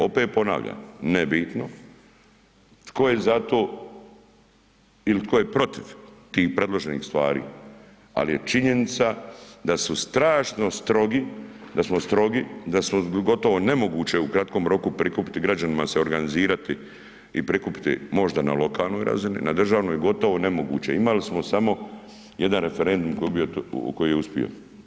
Opet ponavljam, nebitno tko je za to ili tko je protiv tih predloženih stvari ali je činjenica da su strašno strogi, da smo strogi, da smo gotovo nemoguće u kratkom roku prikupiti građanima se organizirati i prikupiti, možda na lokalnoj razini, na državnoj gotovo nemoguće, imali smo samo jedan referendum koji je uspio.